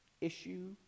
issue